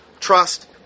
trust